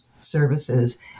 services